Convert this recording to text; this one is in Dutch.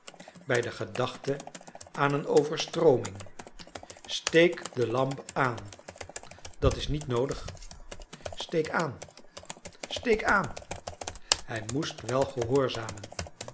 bij de gedachte aan een overstrooming steek de lamp aan dat is niet noodig steek aan steek aan hij moest wel gehoorzamen